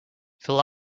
fill